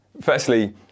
Firstly